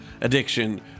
addiction